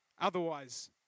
Otherwise